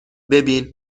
ببین